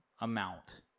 amount